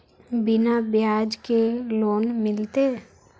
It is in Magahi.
बिना ब्याज के लोन मिलते?